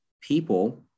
people